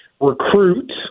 recruit